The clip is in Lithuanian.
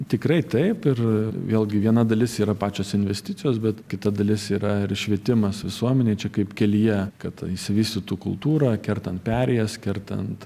tikrai taip ir vėlgi viena dalis yra pačios investicijos bet kita dalis yra ir švietimas visuomenei čia kaip kelyje kad išsivystytų kultūra kertant perėjas kertant